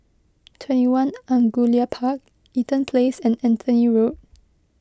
twenty one Angullia Park Eaton Place and Anthony Road